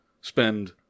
spend